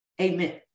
amen